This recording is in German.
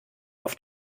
auf